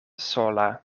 sola